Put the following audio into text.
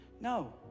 No